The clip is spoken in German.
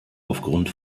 aufgrund